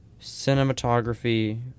cinematography